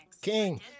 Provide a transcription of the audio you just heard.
King